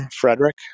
Frederick